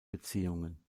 beziehungen